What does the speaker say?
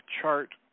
chart